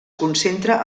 concentra